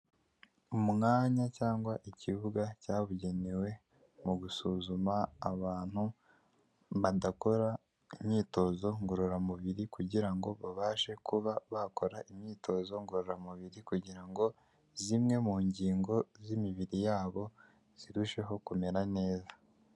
Umwanya cyangwa ikibuga cyabugenewe mu gusuzuma abantu badakora imyitozo ngorora mubiri kugira ngo babashe kuba bakora imyitozo ngorora mubiri, kugira ngo zimwe mu ngingo z'imibiri yabo zirusheho kumera neza.